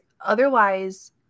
otherwise